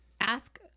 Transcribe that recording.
ask